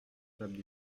table